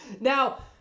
Now